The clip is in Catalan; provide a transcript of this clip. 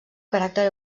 caràcter